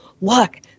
look